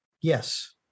Yes